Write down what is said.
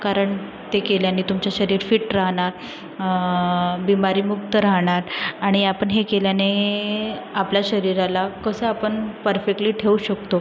कारण ते केल्याने तुमचे शरीर फिट राहणार बिमारी मुक्त राहणार आणि आपण हे केल्याने आपल्या शरीराला कसं आपण परफेक्टली ठेवू शकतो